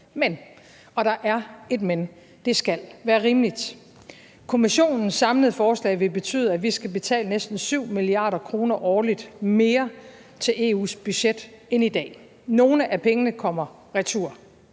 men – og der er et »men« – det skal være rimeligt. Kommissionens samlede forslag vil betyde, at vi skal betale næsten 7 mia. kr. årligt mere til EU's budget end i dag. Nogle af pengene kommer retur,